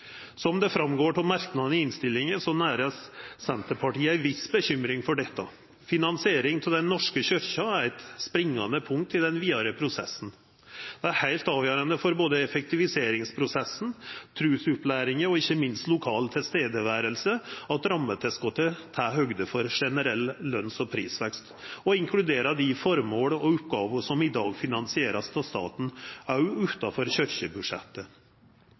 Som det går fram av merknaden i innstillinga, nærer Senterpartiet ei viss bekymring for dette. Finansieringa av Den norske kyrkja er eit springande punkt i den vidare prosessen. Det er heilt avgjerande for både effektiviseringsprosessen, trusopplæringa og ikkje minst lokalt nærvære at rammetilskotet tek høgd for generell løns- og prisvekst og inkluderer dei føremåla og dei oppgåvene som i dag vert finansierte av staten, òg utanfor